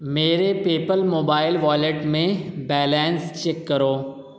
میرے PayPal mobile wallet میں balance check کرو